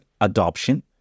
adoption